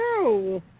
No